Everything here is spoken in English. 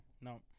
No